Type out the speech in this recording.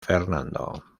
fernando